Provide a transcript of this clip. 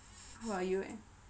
how about you leh